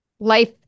Life